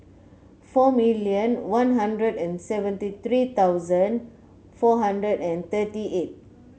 four million One Hundred and seventy three thousand four hundred and thirty eight